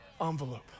envelope